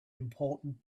important